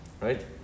right